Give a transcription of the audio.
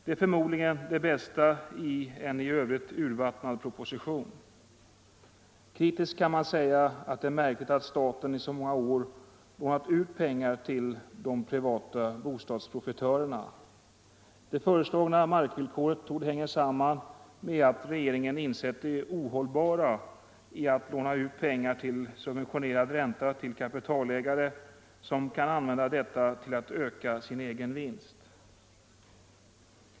Det är förmodligen det bästa i en för övrigt urvattnad proposition. Kritiskt kan man säga att det är märkligt att staten i så många år lånat ut pengar till de privata bostadsprofitörerna. Det föreslagna markvillkoret torde hänga samman med att regeringen insett det ohållbara i att låna ut pengar med subventionerad ränta till kapi talägare, som kan använda detta till att öka sin egen vinst.